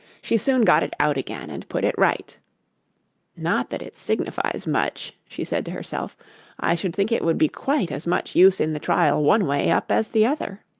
she soon got it out again, and put it right not that it signifies much she said to herself i should think it would be quite as much use in the trial one way up as the other